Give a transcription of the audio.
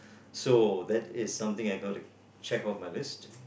so that is something I got to check off my list